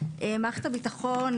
ממש בזמן שאנחנו דנים פה,